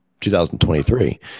2023